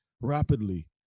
rapidly